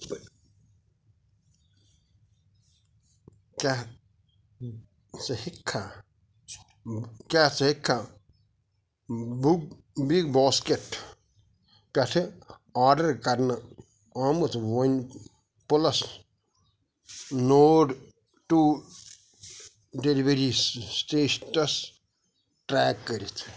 کیاہ ژٕ ہیٚککھا کیٛاہ ژٕ ہیٚککھا بُک بِگ باسکٮ۪ٹ پٮ۪ٹھٕ آرڈر کرنہٕ آمُت وۄنۍ پٕلَس نورڈ ٹوٗ ڈیٚلؤری سِٹیٹس ٹرٛیک کٔرِتھ